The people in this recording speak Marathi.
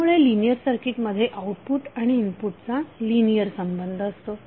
त्यामुळे लिनियर सर्किटमध्ये आउटपुट आणि इनपुटचा लिनियर संबंध असतो